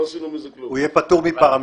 לא נכללה.